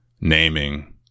naming